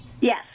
Yes